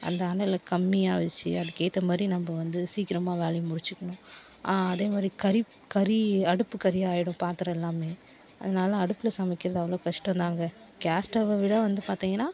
அந்த அனலை கம்மியாக வச்சு அதுக்கு ஏத்த மாரி நம்ப வந்து சீக்கிரமாக வேலையை முடிச்சிக்கணும் அதே மாரி கரிப் கரி அடுப்பு கரியாயிடும் பாத்திரம் எல்லாமே அதனால அடுப்பில் சமைக்கிறது அவ்வளோ கஷ்டோம்தாங்க கேஸ் ஸ்டவ்வை விட வந்து பார்த்திங்கனா